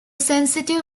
sensitive